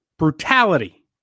Brutality